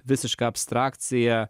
visišką abstrakciją